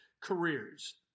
careers